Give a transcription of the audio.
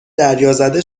دریازده